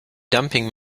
dumping